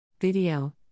Video